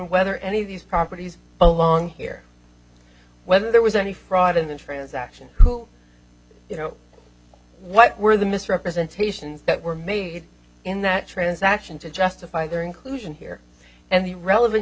whether any of these properties along here whether there was any fraud in this transaction who you know what were the misrepresentations that were made in that transaction to justify their inclusion here and the relevant